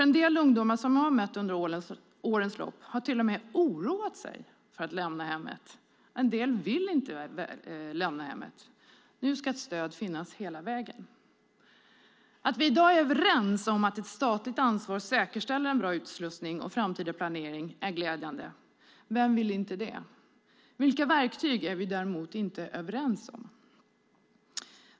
En del ungdomar som jag mött under årens lopp har till och med oroat sig för att lämna hemmet, och en del vill inte lämna. Men nu ska stöd finnas hela vägen. Att vi är överens om att ett statligt ansvar säkerställer en bra utslussning och framtida planering är glädjande. Vem vill inte det? Vilka verktyg som ska användas är vi däremot inte överens om.